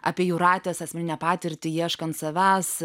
apie jūratės asmeninę patirtį ieškant savęs